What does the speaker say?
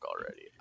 already